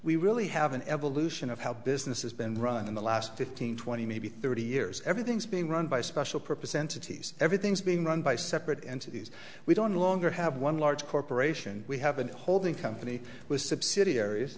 we really have an evolution of how business has been run in the last fifteen twenty maybe thirty years everything's being run by special purpose entities everything's being run by separate entities we don't longer have one large corporation we have an holding company with subsidiaries